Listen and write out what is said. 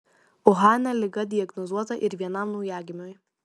uhane liga diagnozuota ir vienam naujagimiui